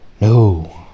no